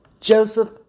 Joseph